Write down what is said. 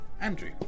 Andrew